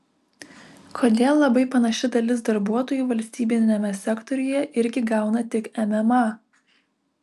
kodėl labai panaši dalis darbuotojų valstybiniame sektoriuje irgi gauna tik mma